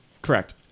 Correct